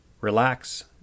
relax